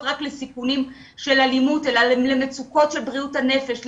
רק לסיכונים של אלימות אלא למצוקות של בריאות הנפש,